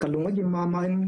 וגם לא תפסו אף אחד,